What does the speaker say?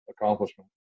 accomplishment